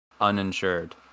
uninsured